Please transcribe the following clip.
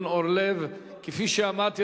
זבולון, לא הסברת למה הקואליציה מתנגדת לזה.